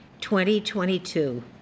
2022